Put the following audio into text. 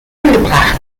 angebracht